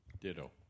Ditto